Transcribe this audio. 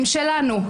עם שלנו,